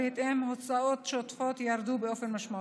ובהתאם, ההוצאות השוטפות ירדו באופן משמעותי.